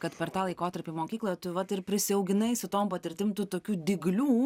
kad per tą laikotarpį mokykloje tu vat ir prisiauginai su tom patirtim tų tokių dyglių